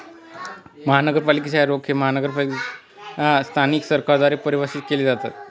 महानगरपालिकेच रोखे महानगरपालिका स्थानिक सरकारद्वारे परिभाषित केले जातात